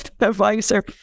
advisor